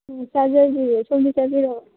ꯆꯥꯖꯗ꯭ꯔꯤꯌꯦ ꯁꯣꯝꯗꯤ ꯆꯥꯕꯤꯔꯕꯣ